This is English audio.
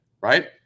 Right